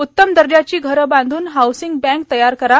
उत्तम दर्जाची घर बांधून हाऊसिंग बँक तयार करा